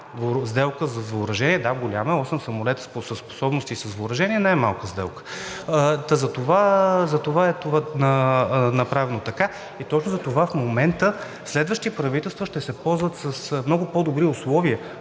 сделка за въоръжение. Да, голяма е – 8 самолета със способности и с въоръжение не е малка сделка. Та затова е направено така и точно затова в момента следващите правителства ще се ползват с много по-добри условия,